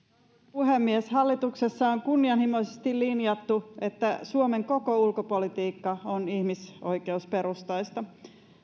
puhemies hallituksessa on kunnianhimoisesti linjattu että suomen koko ulkopolitiikka on ihmisoikeusperustaista